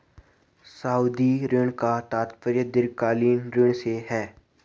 सावधि ऋण का तात्पर्य दीर्घकालिक ऋण से है